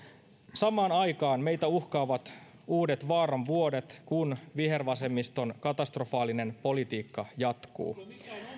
samaan aikaan meitä uhkaavat uudet vaaran vuodet kun vihervasemmiston katastrofaalinen politiikka jatkuu